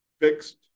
fixed